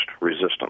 resistance